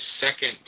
second